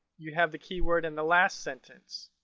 you have the keyword in the last sentence.